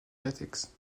latex